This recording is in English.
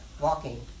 walking